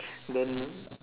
then